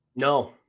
No